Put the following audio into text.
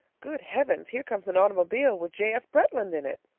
good heavens! here comes an automobile with j. f. bretland in it!